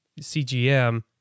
CGM